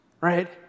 right